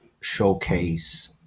showcase